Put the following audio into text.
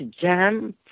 jam